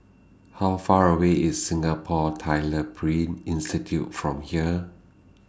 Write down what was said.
How Far away IS Singapore Tyler Print Institute from here